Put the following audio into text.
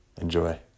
Enjoy